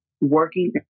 working